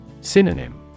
Synonym